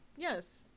Yes